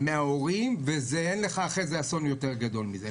מההורים ואין לך אחרי זה אסון יותר גדול מזה.